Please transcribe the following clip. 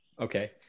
Okay